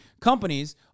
companies